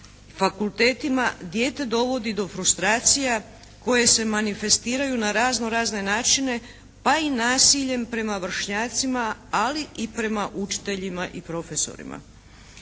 fakultetima, dijete dovodi do frustracija koje se manifestiraju na razno razne načine, pa i nasiljem prema vršnjacima ali i prema učiteljima i profesorima.